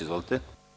Izvolite.